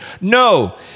No